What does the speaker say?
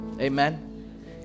amen